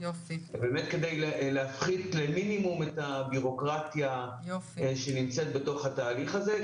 כדי להפחית למינימום את הביורוקרטיה שיש בתהליך הזה.